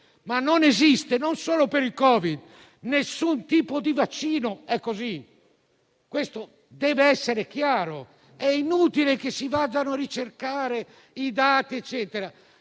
non esiste, ma non solo per il Covid: nessun tipo di vaccino è così! Questo deve essere chiaro. È inutile che si vadano a ricercare i dati.